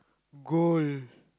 gold